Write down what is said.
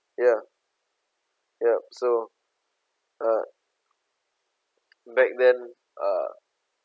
ya yup so uh back then uh